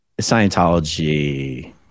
scientology